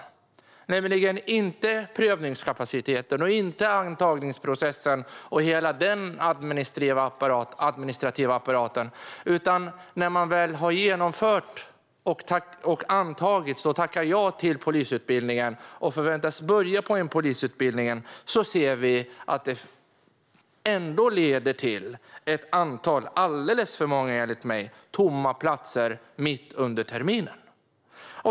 Det handlar inte om prövningskapaciteten, antagningsprocessen eller hela den administrativa apparaten, utan om vad som sker med dem som har antagits till polisutbildningen, har tackat ja och förväntas börja utbildningen. Vad vi har sett är att det blir ett antal - alldeles för många, enligt mig - tomma platser mitt under terminen.